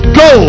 go